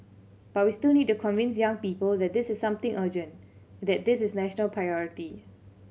but we still need to convince young people that this is something urgent that this is national priority